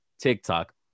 TikTok